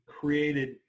created